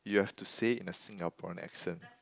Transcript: you have to say in a Singaporean accent